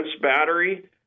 battery